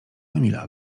emila